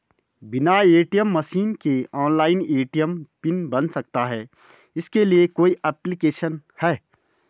बिना ATM machine के online ATM pin बन सकता है इसके लिए कोई ऐप्लिकेशन है?